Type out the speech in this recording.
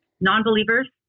non-believers